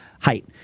height